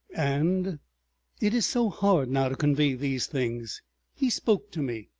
and it is so hard now to convey these things he spoke to me,